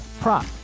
prop